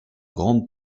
grande